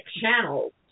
channels